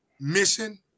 mission